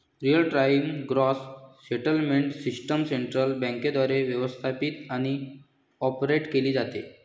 real time gross settlement system central बँकेद्वारे व्यवस्थापित आणि ऑपरेट केली जाते